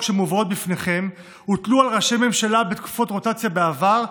שמובאות בפניכם הוטלו על ראשי ממשלה בתקופות רוטציה בעבר,